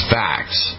facts